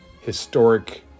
historic